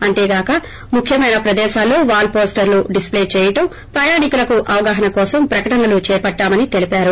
అంతేగాక ముఖ్యమైన ప్రదేశాలలో వాల్ పోస్టర్లు డిస్ ప్లే చేయడం ప్రయాణికులకు అవగాహన కోసం ప్రకటనలు చేపట్టామని తెలిపారు